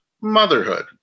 motherhood